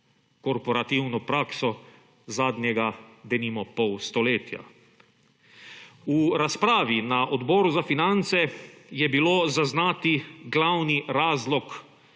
korporativno prakso zadnjega denimo pol stoletja. V razpravi na Odboru za finance je bilo zaznati glavni razlog